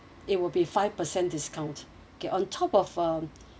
it will be five percent discount okay on top of um